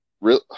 Real